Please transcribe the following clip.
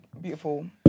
beautiful